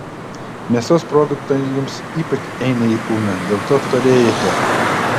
mėsos produktai jums ypač eina į kūną dėl to storėjate